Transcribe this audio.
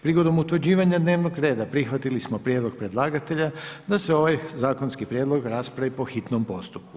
Prigodom utvrđivanja dnevnog reda prihvatili smo prijedlog predlagatelja da se ovaj zakonski prijedlog raspravi po hitnom postupku.